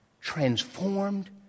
transformed